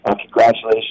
Congratulations